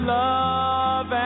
love